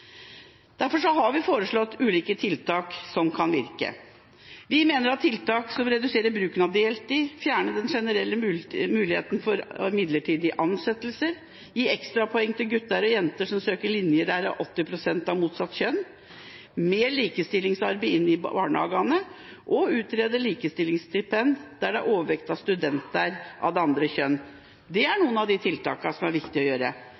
Derfor har vi foreslått ulike tiltak som kan virke. Vi mener at tiltak som å redusere bruken av deltid, å fjerne den generelle muligheten for midlertidige ansettelser, å gi ekstrapoeng til gutter og jenter som søker linjer der det er 80 pst. av motsatt kjønn, å få mer likestillingsarbeid inn i barnehagene og å utrede likestillingsstipend der det er overvekt av studenter av motsatt kjønn, er noen av de tiltakene som er viktig å gjøre.